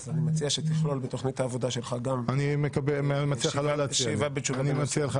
אני מציע שתכלול בתוכנית העבודה שלך גם שיבה בתשובה.